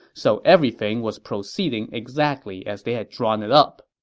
so everything was proceeding exactly as they had drawn it up